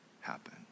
happen